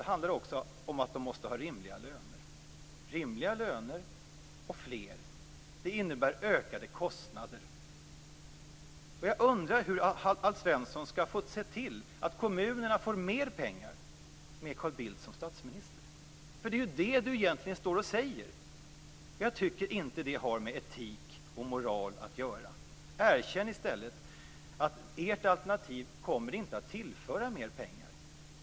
Det skall vara rimliga löner och fler vuxna. Det innebär ökade kostnader. Jag undrar hur Alf Svensson med Carl Bildt som statsminister skall se till att kommunerna får mer pengar. Det är det han står och säger. Det har inte med etik och moral att göra. Erkänn i stället att ert alternativ inte kommer att tillföra mer pengar.